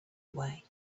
away